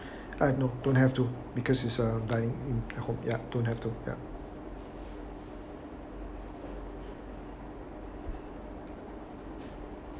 uh no don't have to because it's uh dining in the home ya don't have to ya